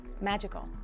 magical